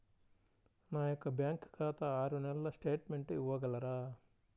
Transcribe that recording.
నా యొక్క బ్యాంకు ఖాతా ఆరు నెలల స్టేట్మెంట్ ఇవ్వగలరా?